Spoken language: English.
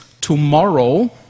tomorrow